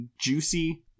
juicy